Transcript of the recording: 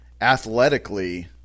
athletically